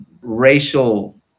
racial